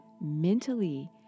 mentally